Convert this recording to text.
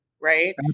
right